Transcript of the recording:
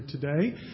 today